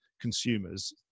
consumers